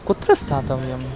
कुत्र स्तातव्यम्